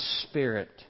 spirit